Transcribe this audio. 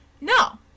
No